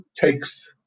takes